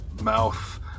mouth